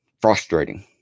frustrating